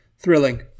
thrilling